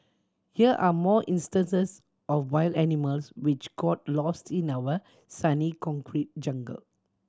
here are more instances of wild animals which got lost in our sunny concrete jungle